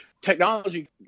Technology